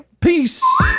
Peace